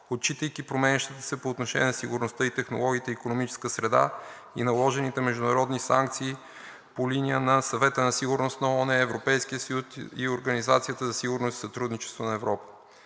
отчитайки променящата се по отношение на сигурността и технологиите икономическа среда и наложените международни санкции по линия на Съвета за сигурност на ООН, Европейския съюз и Организацията за сигурност и сътрудничество на Европа.